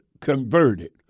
converted